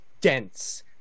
dense